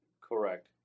Correct